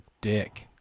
dick